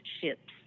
ships